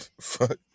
Fuck